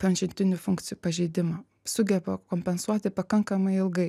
pažintinių funkcijų pažeidimą sugeba kompensuoti pakankamai ilgai